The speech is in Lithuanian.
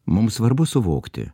mums svarbu suvokti